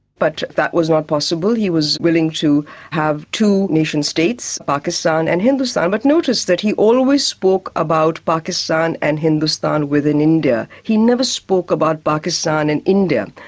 but that was not possible. he was willing to have two nation-states, pakistan and hindustan. but notice that he always spoke about pakistan and hindustan within india he never spoke about pakistan and india,